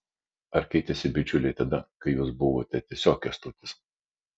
ar keitėsi bičiuliai tada kai jūs buvote tiesiog kęstutis